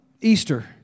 Easter